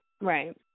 Right